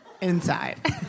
inside